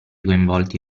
coinvolti